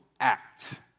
act